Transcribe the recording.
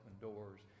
doors